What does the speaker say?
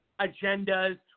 agendas